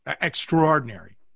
extraordinary